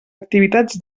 activitats